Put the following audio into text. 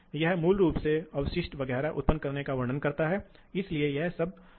feed drive से spindle drive की आवश्यकताओं में तीन अंतर का उल्लेख करें कि वे कैसे भिन्न हैं